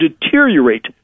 deteriorate